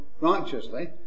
righteously